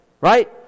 Right